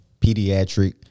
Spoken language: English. pediatric